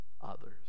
others